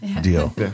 deal